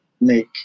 make